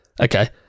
Okay